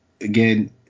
again